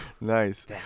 Nice